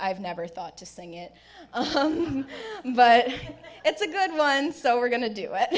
i've never thought to sing it but it's a good one so we're going to do it